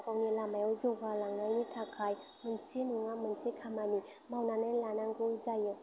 गावनि लामायाव जौगा लांनायनि थाखाय मोनसे नङा मोनसे खामानि मावनानै लानांगौ जायो